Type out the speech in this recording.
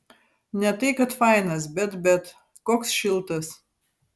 ne tai kad fainas bet bet koks šiltas